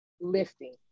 lifting